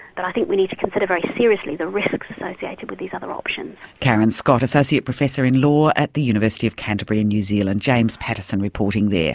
but i think we need to consider very seriously the risks associated with these other options. karen scott, associate professor in law at the university of canterbury in new zealand. james pattison reporting there.